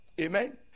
Amen